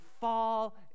fall